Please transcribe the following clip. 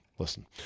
Listen